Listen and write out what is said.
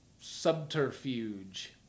subterfuge